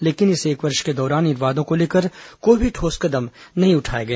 लेकिन इस एक वर्ष के दौरान इन वादों को लेकर कोई भी ठोस कदम नहीं उठाए गए